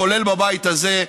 כולל בבית הזה,